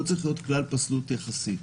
לא צריך להיות כלל פסלות יחסי.